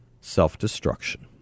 self-destruction